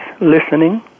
listening